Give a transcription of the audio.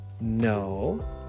No